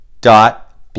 dot